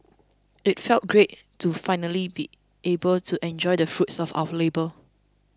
it felt great to finally be able to enjoy the fruits of our labour